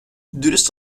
dürüst